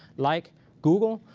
like google.